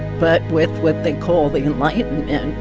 but with what they call the enlightenment,